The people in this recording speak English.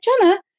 Jenna